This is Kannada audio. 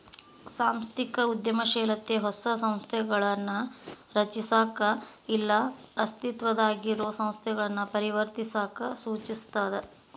ಸಾಂಸ್ಥಿಕ ಉದ್ಯಮಶೇಲತೆ ಹೊಸ ಸಂಸ್ಥೆಗಳನ್ನ ರಚಿಸಕ ಇಲ್ಲಾ ಅಸ್ತಿತ್ವದಾಗಿರೊ ಸಂಸ್ಥೆಗಳನ್ನ ಪರಿವರ್ತಿಸಕ ಸೂಚಿಸ್ತದ